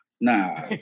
Nah